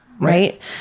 Right